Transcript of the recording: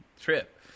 trip